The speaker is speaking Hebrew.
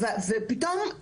ופתאום,